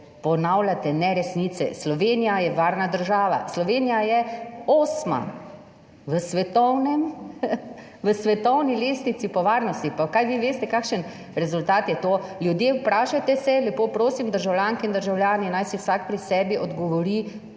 ponavljate neresnice. Slovenija je varna država. Slovenija je osma v svetovni lestvici po varnosti. Kaj vi veste kakšen rezultat je to? Ljudje vprašajte se, lepo prosim, državljanke in državljani, naj si vsak pri sebi odgovori